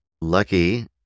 Lucky